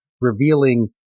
revealing